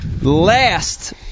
last